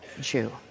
Jew